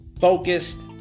focused